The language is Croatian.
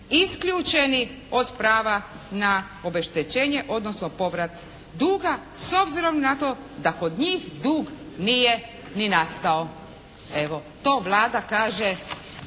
isključeni od prava na obeštećenje odnosno povrat duga, s obzirom na to da kod njih dug nije ni nastao. Evo, to Vlada kaže